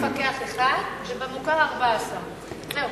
בפטור מפקח אחד, ובמוכר, 14. זהו.